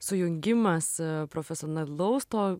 sujungimas profesionalaus to